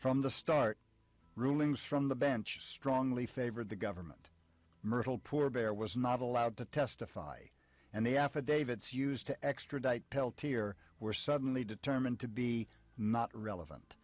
from the start rulings from the bench strongly favored the government myrtle poor bear was not allowed to testify and the affidavits used to extradite peltier were suddenly determined to be not relevant